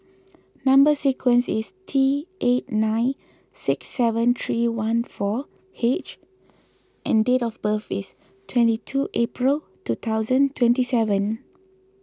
Number Sequence is T eight nine six seven three one four H and date of birth is twenty two April two thousand twenty seven